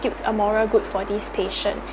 a moral good for these patients